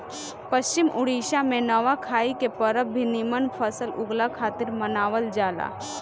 पश्चिम ओडिसा में नवाखाई के परब भी निमन फसल उगला खातिर मनावल जाला